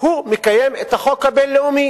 הוא מקיים את החוק הבין-לאומי.